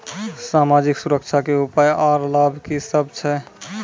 समाजिक सुरक्षा के उपाय आर लाभ की सभ छै?